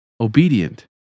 obedient